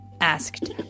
Asked